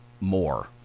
more